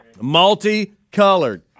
Multicolored